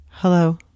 Hello